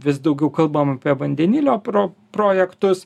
vis daugiau kalbam apie vandenilio pro projektus